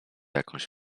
jakąś